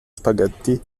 spaghetti